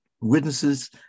witnesses